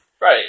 Right